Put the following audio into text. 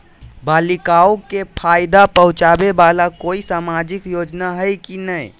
बालिकाओं के फ़ायदा पहुँचाबे वाला कोई सामाजिक योजना हइ की नय?